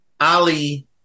Ali